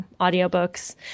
Audiobooks